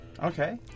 Okay